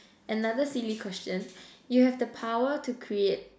another silly question you have the power to create